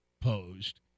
posed